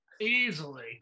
easily